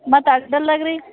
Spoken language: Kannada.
ಮತ್ತೆ ಅಡ್ಡಲಗೆ ರೀ